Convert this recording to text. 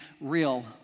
real